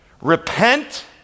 repent